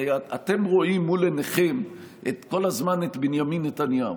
הרי אתם רואים מול עיניכם כל הזמן את בנימין נתניהו.